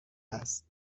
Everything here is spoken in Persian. است